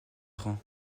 rend